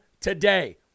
today